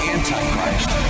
Antichrist